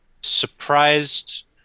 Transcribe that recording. surprised